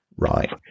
Right